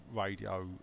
Radio